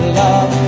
love